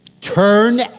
turn